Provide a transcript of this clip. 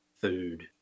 food